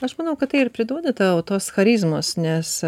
aš manau kad tai ir priduoda tau tos charizmos nes